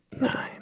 nine